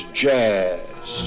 jazz